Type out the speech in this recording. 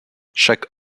chaque